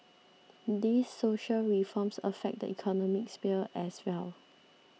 these social reforms affect the economic sphere as well